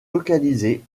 localisés